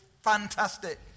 fantastic